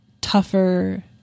tougher